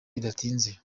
bidatinze